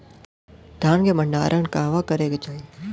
धान के भण्डारण कहवा करे के चाही?